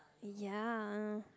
ya